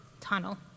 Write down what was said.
tunnel